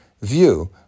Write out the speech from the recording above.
view